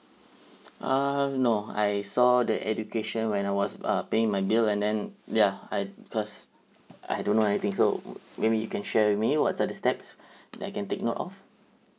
um no I saw that education when I was uh paying my bill and then ya I because I don't know anything so maybe you can share with me what are the steps that I can take note of